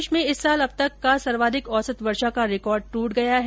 प्रदेश में इस साल अब तक का सर्वाधिक औसत वर्षा का रिकॉर्ड ट्रट गया है